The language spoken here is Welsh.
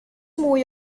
mwy